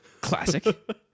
classic